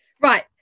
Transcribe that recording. Right